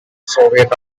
soviet